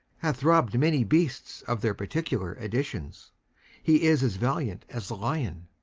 hath robb'd many beasts of their particular additions he is as valiant as a lion,